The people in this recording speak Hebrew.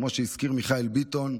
כמו שהזכיר מיכאל ביטון,